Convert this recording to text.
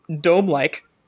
dome-like